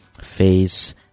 face